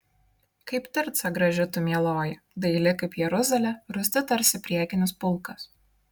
kaip tirca graži tu mieloji daili kaip jeruzalė rūsti tarsi priekinis pulkas